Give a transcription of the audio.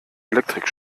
elektrik